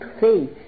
faith